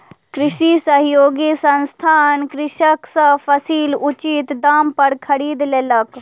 कृषि सहयोगी संस्थान कृषक सॅ फसील उचित दाम पर खरीद लेलक